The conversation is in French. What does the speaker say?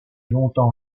longtemps